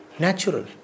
natural